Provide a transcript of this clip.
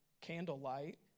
candlelight